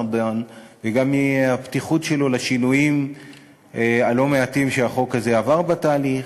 ארדן וגם מהפתיחות שלו לשינויים הלא-מעטים שהחוק הזה עבר בתהליך,